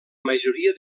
majoria